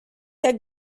der